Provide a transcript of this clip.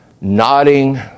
nodding